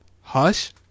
hush